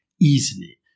easily